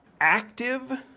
active